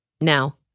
Now